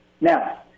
Now